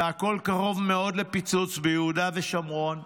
והכול קרוב מאוד לפיצוץ ביהודה ושומרון.